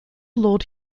lord